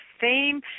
fame